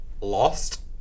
Lost